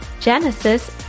Genesis